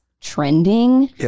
trending